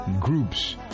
groups